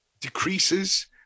decreases